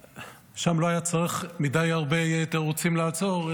שם לא היה צריך יותר מידיי תירוצים בשביל לעצור,